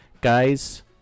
guys